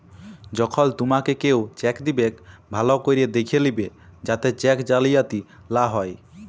যখল তুমাকে কেও চ্যাক দিবেক ভাল্য ক্যরে দ্যাখে লিবে যাতে চ্যাক জালিয়াতি লা হ্যয়